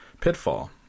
Pitfall